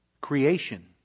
Creation